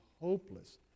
hopeless